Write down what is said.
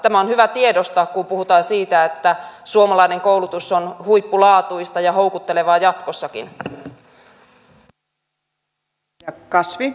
tämä on hyvä tiedostaa kun puhutaan siitä että suomalainen koulutus on huippulaatuista ja houkuttelevaa jatkossakin